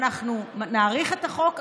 אנחנו נאריך את החוק,